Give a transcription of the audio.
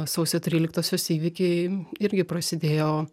sausio tryliktosios įvykiai irgi prasidėjo